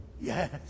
Yes